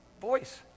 voice